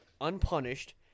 unpunished